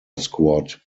squad